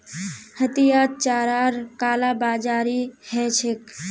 हटियात चारार कालाबाजारी ह छेक